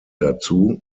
dazu